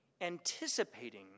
anticipating